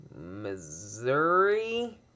Missouri